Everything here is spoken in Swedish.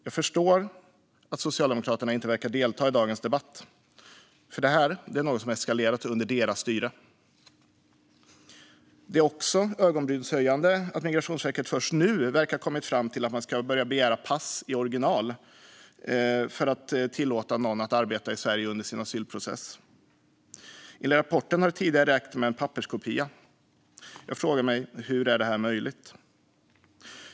Jag förstår varför Socialdemokraterna inte verkar delta i dagens debatt, för det här är något som har eskalerat under deras styre. Det är också ögonbrynshöjande att Migrationsverket först nu verkar ha kommit fram till att man ska börja begära pass i original för att tillåta någon att arbeta i Sverige under dennes asylprocess. Enligt rapporten har det tidigare räckt med en papperskopia. Jag frågar mig hur det är möjligt.